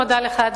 אני מודה לך שוב,